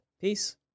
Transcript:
Peace